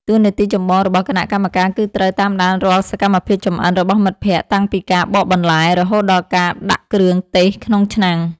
តួនាទីចម្បងរបស់គណៈកម្មការគឺត្រូវតាមដានរាល់សកម្មភាពចម្អិនរបស់មិត្តភក្តិ តាំងពីការបកបន្លែ រហូតដល់ការដាក់គ្រឿងទេសក្នុងឆ្នាំង។